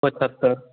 पचहत्तरि